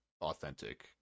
authentic